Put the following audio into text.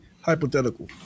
hypothetical